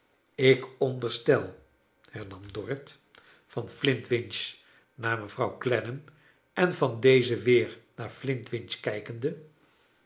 ik onderstel hernam dorrit van kleine dorrit flintwinch naar mevrouw clennam en van deze weer naar flintwinch kijkende